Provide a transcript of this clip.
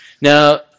Now